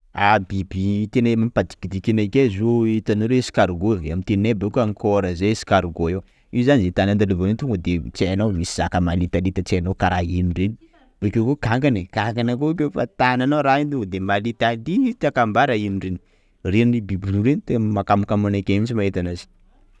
Ah biby tena mampadikidiky anakahy zio hitanareo escargot avy aminy teninay bôka ankora zay escargot io, io zany zay tany andalovan'io to de tsy hainao misy zaka malitalita tsy hainao karaha ino reny. Bokeo koa kankana ai, nkankana koafa tananao raha iny to de malitalitaka mbara ino reny, reny biby roa reny tena mahakmokamo anakahy mintsy mahita anazy.